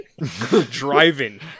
Driving